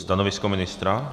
Stanovisko ministra?